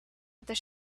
but